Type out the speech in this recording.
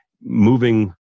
moving